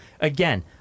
again